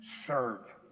Serve